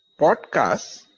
podcasts